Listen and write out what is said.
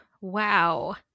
wow